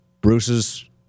Bruce's